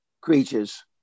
creatures